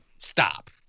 Stop